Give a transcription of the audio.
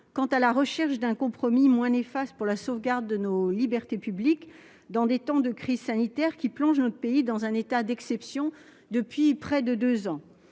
dans la recherche d'un compromis moins néfaste pour la sauvegarde de nos libertés publiques dans un temps de crise sanitaire qui plonge notre pays dans un état d'exception depuis près de deux ans.